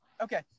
Okay